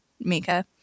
Mika